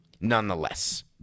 nonetheless